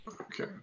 Okay